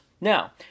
Now